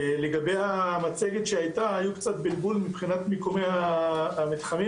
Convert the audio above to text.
לגבי המצגת שהייתה היה קצת בלבול מבחינת מיקומי המתחמים,